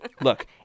look